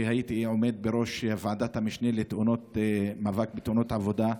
כשעמדתי בראש ועדת המשנה למאבק בתאונות עבודה,